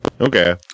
Okay